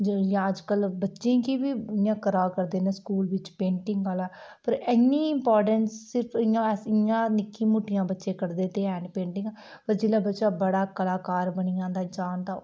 अज्जकल बच्चें गी बी इयां करा करदे न स्कूल बिच्च पेंटिग आह्ला पर है नी इंपाटेंस सिर्फ अस इयां सिर्फ इयां निक्कियां मुट्टियां बच्चे कड्ढदे ते ऐ न पेंटिगां पर जेल्लै बच्चा बड़ा कलाकार बनी जंदा ऐ जानदा